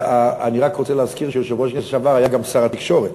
אני רק רוצה להזכיר שיושב-ראש הכנסת לשעבר היה גם שר התקשורת.